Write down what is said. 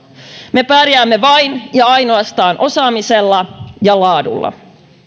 me pärjäämme vain ja ainoastaan osaamisella ja laadulla